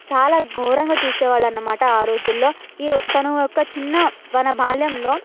చాలా ఘోరంగా చూసేవాళ్ళు అన్నమాట రోజుల్లో ఈయొక్క తన యొక్క చిన్న తన బాల్యంలో